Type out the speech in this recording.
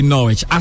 Norwich